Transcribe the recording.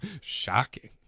shocking